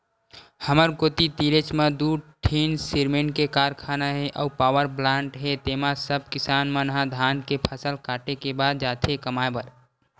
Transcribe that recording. हमर कोती तीरेच म दू ठीन सिरमेंट के कारखाना हे अउ पावरप्लांट हे तेंमा सब किसान मन ह धान के फसल काटे के बाद जाथे कमाए बर